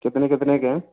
कितने कितने के हैं